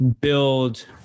build